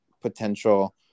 potential